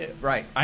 Right